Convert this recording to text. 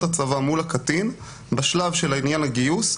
הצבא מול הקטין בשלב של עניין הגיוס,